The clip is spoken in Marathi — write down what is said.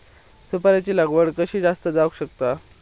सुपारीची लागवड कशी जास्त जावक शकता?